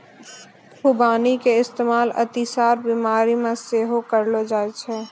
खुबानी के इस्तेमाल अतिसार बिमारी मे सेहो करलो जाय छै